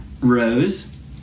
Rose